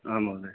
आं महोदय